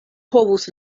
povus